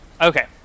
Okay